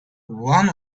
one